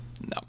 No